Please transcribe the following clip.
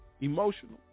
emotional